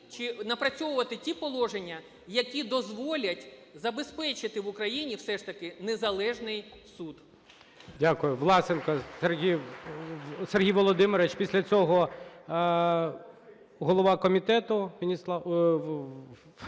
чи... напрацьовувати ті положення, які дозволять забезпечити в Україні все ж таки незалежний суд.